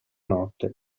notte